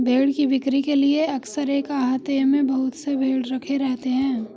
भेंड़ की बिक्री के लिए अक्सर एक आहते में बहुत से भेंड़ रखे रहते हैं